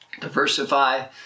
diversify